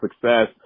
success